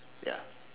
ya